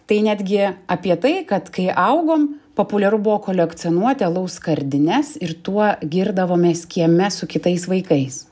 tai netgi apie tai kad kai augom populiaru buvo kolekcionuoti alaus skardines ir tuo girdavomės kieme su kitais vaikais